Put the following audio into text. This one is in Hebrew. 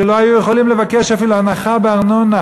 שלא היו יכולים לבקש אפילו הנחה בארנונה,